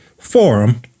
forum